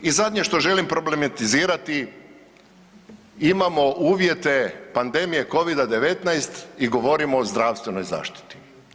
I zadnje što želim problematizirati, imamo uvjete pandemije Covid-19 i govorimo o zdravstvenoj zaštiti.